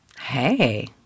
Hey